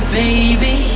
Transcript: baby